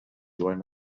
joan